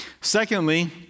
secondly